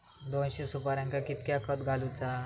दोनशे सुपार्यांका कितक्या खत घालूचा?